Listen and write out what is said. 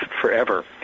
forever